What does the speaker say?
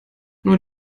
nur